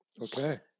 Okay